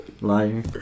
liar